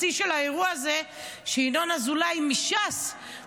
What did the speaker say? השיא של האירוע הזה הוא שינון אזולאי מש"ס,